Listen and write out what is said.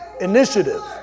Initiative